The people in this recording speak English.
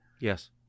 Yes